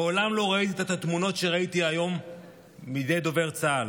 מעולם לא ראיתי את התמונות שראיתי היום מידי דובר צה"ל.